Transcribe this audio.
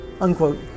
Unquote